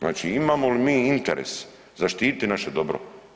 Znači imamo li mi interes zaštititi naše dobro?